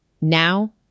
Now